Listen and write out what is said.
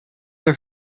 her